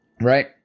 right